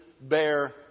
bear